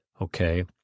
Okay